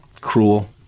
Cruel